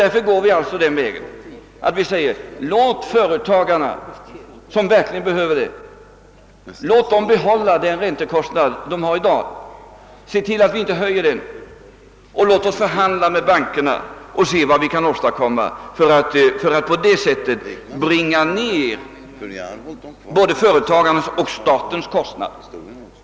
Därför går vi den vägen att vi säger: Låt de företag som verkligen behöver det få behålla den räntekostnad som de i dag har och se till att vi inte höjer den. Låt oss förhandla med bankerna och se vad vi kan åstadkomma för att på det sättet bringa ned både företagarnas och statens kostnad.